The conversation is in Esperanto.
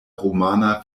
rumana